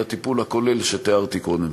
על הטיפול הכולל שתיארתי קודם.